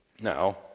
Now